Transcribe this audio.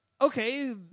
okay